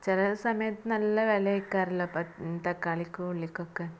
ചില സമയത്ത് നല്ല വില ഒക്കെയാണല്ലോ തക്കാളിക്കും ഉള്ളിക്കൊക്കെ